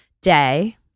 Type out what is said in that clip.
day